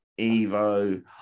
Evo